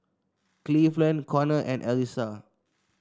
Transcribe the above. Cleveland Konnor and Elissa